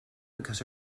because